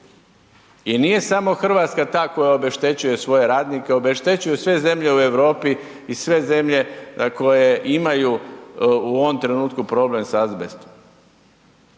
I nije samo RH ta koja obeštećuje svoje radnike, obeštećuju sve zemlje u Europi i sve zemlje koje imaju u ovom trenutku problem s azbestom.